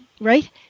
right